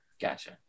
Gotcha